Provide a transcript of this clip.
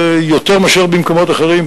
יותר מאשר במקומות אחרים,